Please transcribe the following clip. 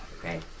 Okay